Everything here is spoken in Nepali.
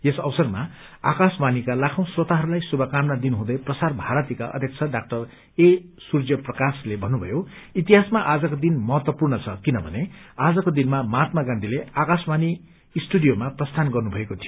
यस अवसरमा आकाशवाणीका लाखौं श्रोताहरूलाई श्रुमकामना दिनु हुँदै प्रसार भारतीका अध्यक्ष डाक्टर ए सूर्यप्रकाशले भन्नुभयो इतिहासमा आजको दिन महत्त्वपूर्ण छ किनभने आजको दिनमा महात्त्मा गान्धीले आकाशवाणी स्टूडियोमा प्रस्थान गर्नुभएको थियो